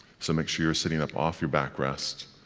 so make sure you're sitting up off your backrest.